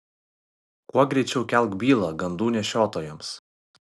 kuo greičiau kelk bylą gandų nešiotojams